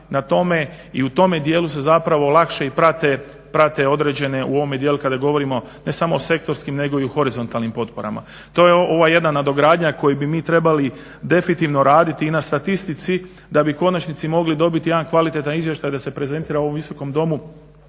i u tome dijelu se zapravo lakše i prate određene u ovome dijelu kada govorimo ne samo o sektorskim nego i u horizontalnim potporama. To je ova jedna nadogradnja koju bi mi trebali definitivno raditi i na statistici, da bi u konačnici mogli dobiti jedan kvalitetan izvještaj da se prezentira u ovom Visokom domu